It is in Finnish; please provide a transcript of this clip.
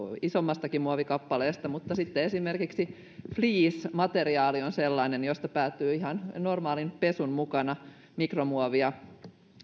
isommastakin muovikappaleesta mutta sitten esimerkiksi fleece materiaali on sellainen josta päätyy ihan normaalin pesun mukana mikromuovia